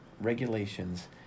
regulations